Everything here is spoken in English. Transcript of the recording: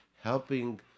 helping